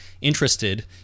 interested